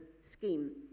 scheme